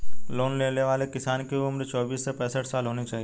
loan लेने वाले किसान की उम्र चौबीस से पैंसठ साल होना चाहिए